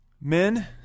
Men